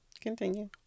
Continue